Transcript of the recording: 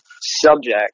subject